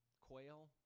quail